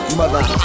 mother